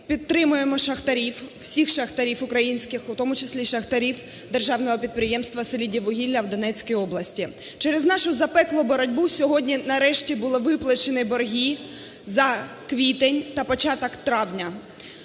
підтримуємо шахтарів, всіх шахтарів українських, у тому числі шахтарів державного підприємства "Селидіввугілля" в Донецькій області. Через нашу запеклу боротьбу сьогодні нарешті були виплачені борги за квітень та початок травня.